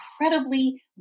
incredibly